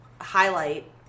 highlight